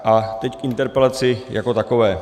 A teď k interpelaci jako takové.